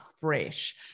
fresh